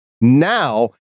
Now